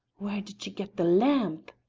whaur did ye get the lamp?